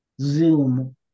zoom